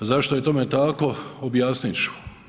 Zašto je tome tako, objasniti ću.